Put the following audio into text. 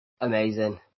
Amazing